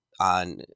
on